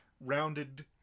rounded